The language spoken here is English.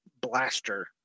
blaster